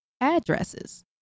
addresses